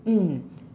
mm